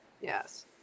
yes